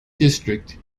district